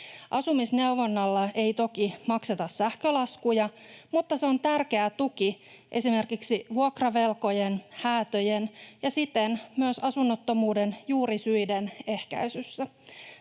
Asumisneuvonnalla ei toki makseta sähkölaskuja, mutta se on tärkeä tuki esimerkiksi vuokravelkojen, häätöjen ja siten myös asunnottomuuden juurisyiden ehkäisyssä.